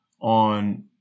on